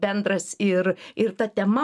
bendras ir ir ta tema